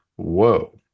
whoa